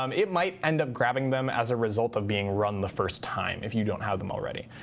um it might end up grabbing them as a result of being run the first time, if you don't have them already.